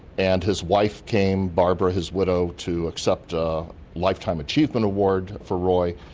and his wife came, barbara, his widow, to accept a lifetime achievement award for roy,